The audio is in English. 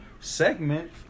segment